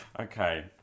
Okay